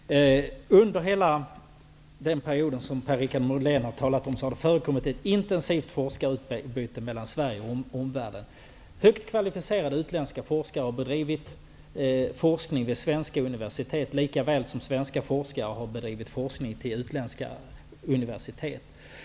Herr talman! Under hela den period som Per Richard Molén talat om har det förekommit ett intensivt forskarutbyte mellan Sverige och omvärlden. Högt kvalificerade utländska forskare har bedrivit forskning vid svenska universitet lika väl som svenska forskare har bedrivt forskning vid utländska universitet.